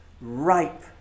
ripe